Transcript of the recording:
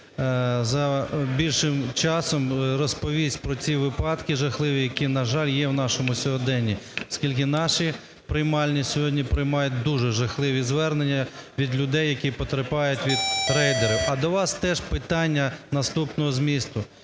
за більшим часом розповість про ці випадки жахливі, які, на жаль, є в нашому сьогоденні. Оскільки наші приймальні сьогодні приймають дуже жахливі звернення від людей, які потерпають від рейдерів. А до вас теж питання наступного змісту.